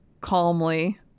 calmly